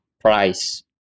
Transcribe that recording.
price